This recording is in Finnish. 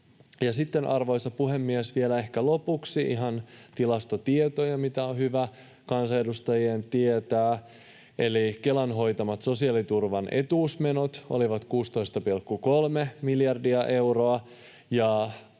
Sitten, arvoisa puhemies, vielä ehkä lopuksi ihan tilastotietoja, mitä on hyvä kansanedustajien tietää. Eli Kelan hoitamat sosiaaliturvan etuusmenot olivat 16,3 miljardia euroa,